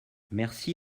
merci